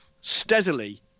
steadily